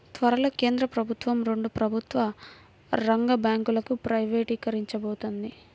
త్వరలో కేంద్ర ప్రభుత్వం రెండు ప్రభుత్వ రంగ బ్యాంకులను ప్రైవేటీకరించబోతోంది